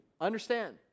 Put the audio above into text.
understand